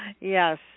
yes